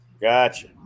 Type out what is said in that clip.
Gotcha